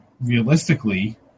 realistically